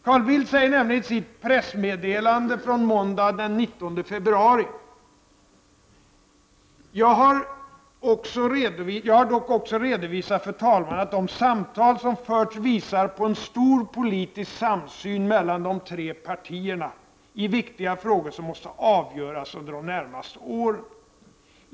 Carl Bildt säger i sitt pressmeddelande från måndagen den 19 februari: ”Jag har dock också redovisat för talmannen att de samtal som förts visar på en stor politisk samsyn mellan de tre borgerliga partierna i viktiga frågor som måste avgöras under de närmaste åren.